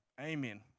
Amen